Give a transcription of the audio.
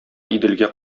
иделгә